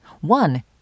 One